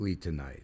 tonight